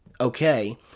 okay